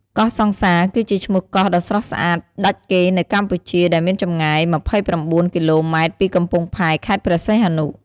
កោះសង្សារ គឺជាឈ្មោះកោះដ៏ស្រស់ស្អាតដាច់គេនៅកម្ពុជា ដែលមានចម្ងាយ ២៩ គីឡូម៉ែត្រពីកំពង់ផែខេត្តព្រះសីហនុ។